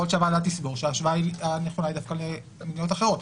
יכול להיות שהוועדה תסבור שההשוואה הנכונה היא דווקא למדינות אחרות.